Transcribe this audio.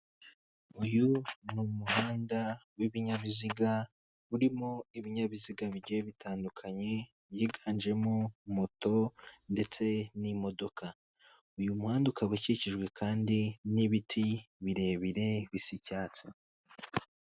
Uyu ni umuhanda w'ibinyabiziga urimo ibinyabiziga bigiye bitandukanye byiganjemo moto ndetse n'imodoka. Uyu muhanda ukaba ukikijwe kandi n'ibiti birebire bisa icyatsi.